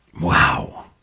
Wow